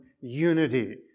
unity